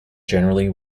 generally